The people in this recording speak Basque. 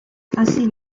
hasi